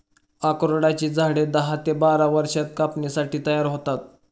अक्रोडाची झाडे दहा ते बारा वर्षांत कापणीसाठी तयार होतात